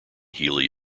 healy